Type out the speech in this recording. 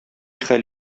хәл